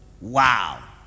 wow